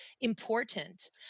important